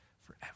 forever